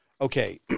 okay